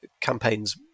campaigns